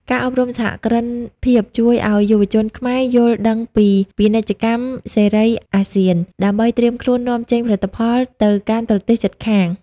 ការអប់រំសហគ្រិនភាពជួយឱ្យយុវជនខ្មែរយល់ដឹងពី "ពាណិជ្ជកម្មសេរីអាស៊ាន" ដើម្បីត្រៀមខ្លួននាំចេញផលិតផលទៅកាន់ប្រទេសជិតខាង។